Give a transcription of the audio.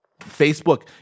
Facebook